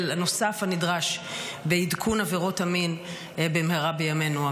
הנוסף הנדרש בעדכון עבירות המין במהרה בימינו,